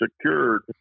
secured